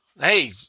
hey